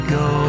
go